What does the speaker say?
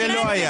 זה לא היה.